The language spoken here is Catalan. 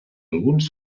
alguns